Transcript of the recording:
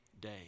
day